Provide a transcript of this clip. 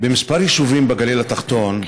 בכמה יישובים בגליל התחתון,